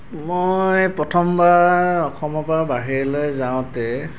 মই প্ৰথমবাৰ অসমৰ পৰা বাহিৰলৈ যাওঁতে